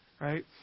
right